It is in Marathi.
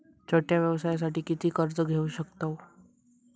छोट्या व्यवसायासाठी किती कर्ज घेऊ शकतव?